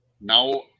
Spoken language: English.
now